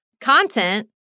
content